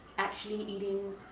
actually eating,